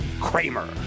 Kramer